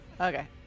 Okay